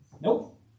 Nope